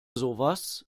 sowas